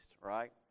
right